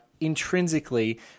intrinsically